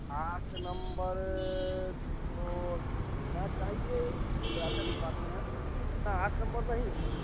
आठ नम्बर तो होना चाहिए थोड़ा सा दिखवाते हैं हाँ आठ नम्बर नहीं है नहीं है